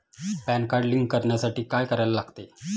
Pan card link करण्यासाठी काय करायला लागते?